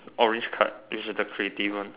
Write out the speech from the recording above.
orange card which is the creative one